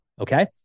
okay